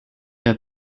have